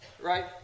right